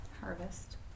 Harvest